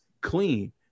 clean